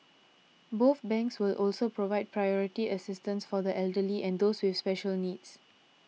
both banks will also provide priority assistance for the elderly and those with special needs